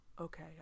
okay